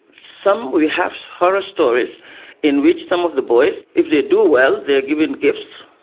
some we have horror stories in which some of the boys, if they do well they are given gifts,